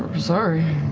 sorry.